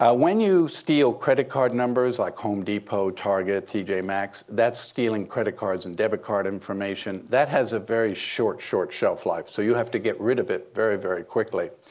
ah when you steal credit card numbers like home depot, target, tj maxx, that's stealing credit cards and debit card information, that has a very short, short shelf life. so you have to get rid of it very, very quickly.